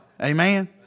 Amen